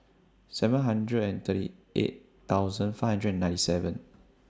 seven hundred and thirty eight thousand five hundred and ninety seven